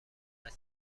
کنین